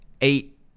eight